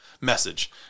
message